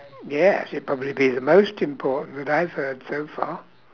yes it'd probably be the most important that I've heard so far